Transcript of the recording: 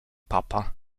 papa